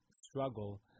struggle